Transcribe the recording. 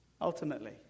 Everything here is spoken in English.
Ultimately